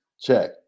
Check